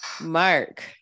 mark